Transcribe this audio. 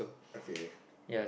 okay